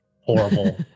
horrible